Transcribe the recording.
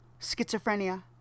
Schizophrenia